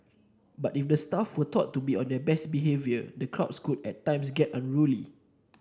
but if the staff were taught to be on their best behaviour the crowds could at times get unruly